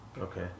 Okay